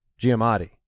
Giamatti